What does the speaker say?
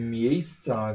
miejsca